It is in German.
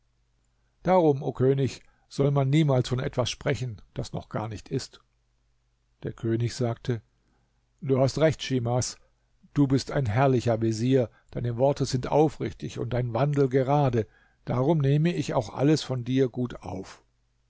darum o könig soll man niemals von etwas sprechen das noch gar nicht ist der könig sagte du hast recht schimas du bist ein herrlicher vezier deine worte sind aufrichtig und dein wandel gerade darum nehme ich auch alles von dir gut auf